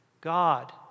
God